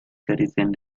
carecen